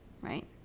right